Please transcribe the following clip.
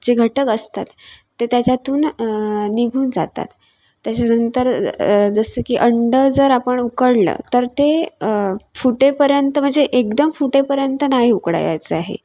जे घटक असतात ते त्याच्यातून निघून जातात त्याच्यानंतर जसं की अंडं जर आपण उकडलं तर ते फुटेपर्यंत म्हणजे एकदम फुटेपर्यंत नाही उकडायचं आहे